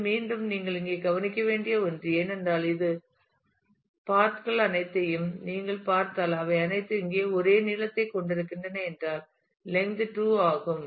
இது மீண்டும் நீங்கள் இங்கே கவனிக்க வேண்டிய ஒன்று ஏனென்றால் இந்த பாதை கள் அனைத்தையும் நீங்கள் பார்த்தால் அவை அனைத்தும் இங்கே ஒரே நீளத்தைக் கொண்டிருக்கின்றன என்றால் லெந்த் 2 ஆகும்